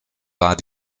war